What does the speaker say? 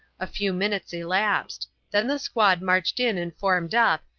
a few minutes elapsed. then the squad marched in and formed up,